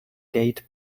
gate